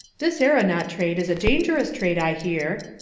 this aeronaut trade is a dangerous trade, i hear,